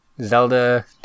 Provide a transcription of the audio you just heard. zelda